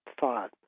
thought